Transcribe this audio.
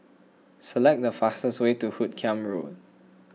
select the fastest way to Hoot Kiam Road